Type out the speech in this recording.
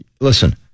Listen